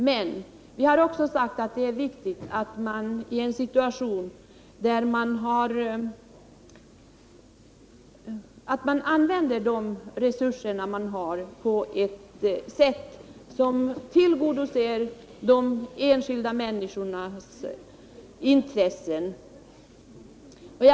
Men vi har också sagt att det är viktigt att man använder de resurser man har på ett sätt som tillgodoser de enskilda människornas intressen.